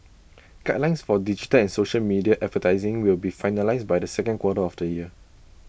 guidelines for digital and social media advertising will be finalised by the second quarter of this year